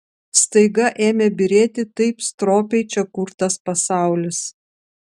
staiga ėmė byrėti taip stropiai čia kurtas pasaulis